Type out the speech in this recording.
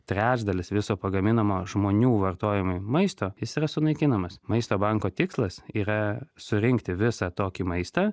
trečdalis viso pagaminamo žmonių vartojimui maisto jis yra sunaikinamas maisto banko tikslas yra surinkti visą tokį maistą